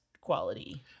quality